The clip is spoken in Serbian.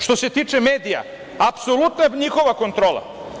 Što se tiče medija, apsolutna je njihova kontrola.